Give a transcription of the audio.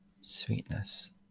sweetness